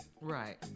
Right